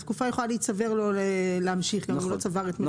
התקופה יכולה להמשיך להיצבר לו אם הוא לא צבר את מלוא תקופת האכשרה.